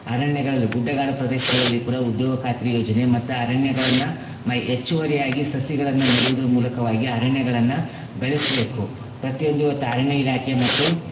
ಅರಣ್ಯಗಳಲ್ಲಿ ಗುಡ್ಡಗಾಡು ಪ್ರದೇಶಗಳಲ್ಲಿ ಕೂಡ ಉದ್ಯೋಗ ಖಾತ್ರಿ ಯೋಜನೆ ಮತ್ತು ಅರಣ್ಯಗಳನ್ನು ಮ ಹೆಚ್ಚುವರಿಯಾಗಿ ಸಸಿಗಳನ್ನು ನೆಡುವುದ್ರ ಮೂಲಕವಾಗಿ ಅರಣ್ಯಗಳನ್ನು ಬೆಳೆಸ್ಬೇಕು ಪ್ರತಿಯೊಂದು ತ ಅರಣ್ಯ ಇಲಾಖೆ ಮತ್ತು